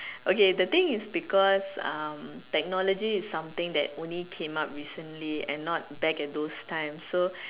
okay the thing is because um technology is something that only came up recently and not back at those times so